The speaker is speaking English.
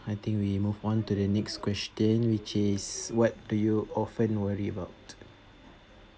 I think we move on to the next question which is what do you often worry about